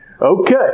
Okay